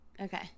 Okay